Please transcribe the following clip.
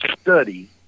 study